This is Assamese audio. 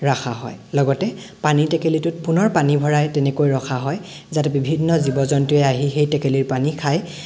ৰখা হয় লগতে পানীৰ টেকেলিটোত পুণৰ পানী ভৰাই তেনেকৈ ৰখা হয় যাতে বিভিন্ন জীৱ জন্তুৱে আহি সেই টেকেলিৰ পানী খাই